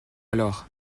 alors